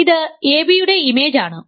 ഇത് ab യുടെ image ആണ്